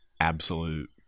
absolute